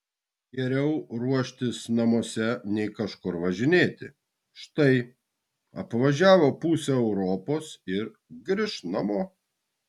geriau ruoštis namuose nei kažkur važinėti štai apvažiavo pusę europos ir grįš namo